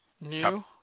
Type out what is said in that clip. new